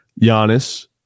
Giannis